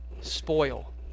spoil